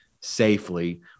safely